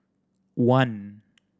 one